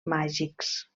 màgics